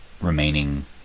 remaining